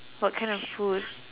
what kind of food